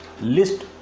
List